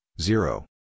zero